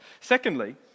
Secondly